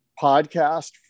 podcast